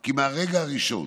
כי מהרגע הראשון